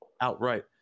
outright